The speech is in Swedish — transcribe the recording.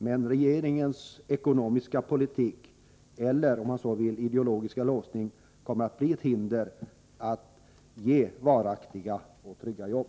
Men regeringens ekonomiska politik eller, om man så vill, ideologiska låsning kommer att bli ett hinder för möjligheterna att skapa varaktiga och trygga jobb.